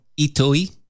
Itoi